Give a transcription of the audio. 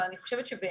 אבל אני חושבת שבאמת,